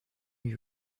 you